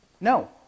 No